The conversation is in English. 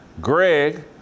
Greg